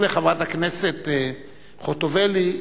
אומר לחברת הכנסת חוטובלי,